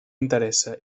interessa